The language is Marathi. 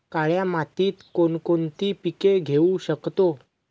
काळ्या मातीत कोणकोणती पिके घेऊ शकतो?